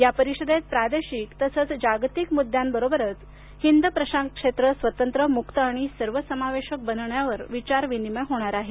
या परिषदेत प्रादेशिक तसंच जागतिक मुद्द्यांबरोबरच हिंद प्रशांत क्षेत्र स्वतंत्र मुक्त आणि सर्वसमावेशक बनवण्यावर विचार विनिमय होणार आहे